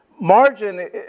margin